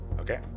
Okay